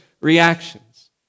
reactions